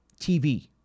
TV